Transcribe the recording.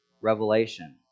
revelation